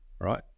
right